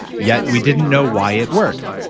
yet we didn't know why it worked.